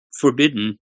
forbidden